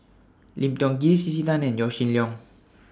Lim Tiong Ghee C C Tan and Yaw Shin Leong